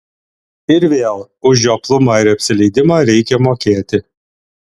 ir vėl už žioplumą ir apsileidimą reikia mokėti